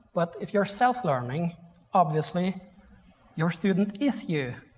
but if you're self learning obviously your student is you.